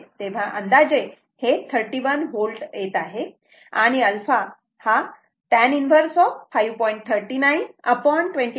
तेव्हा हे अंदाजे 31 V येते आणि 𝜶 tan 1 5